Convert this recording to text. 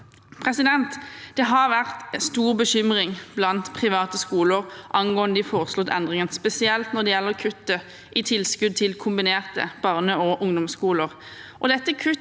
opplæring. Det har vært en stor bekymring blant private skoler angående de foreslåtte endringene, spesielt når det gjelder kuttet i tilskudd til kombinerte barne- og ungdomsskoler.